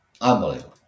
Unbelievable